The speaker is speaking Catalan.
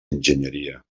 enginyeria